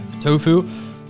tofu